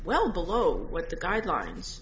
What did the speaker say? well below what the guidelines